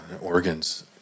organs